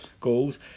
goals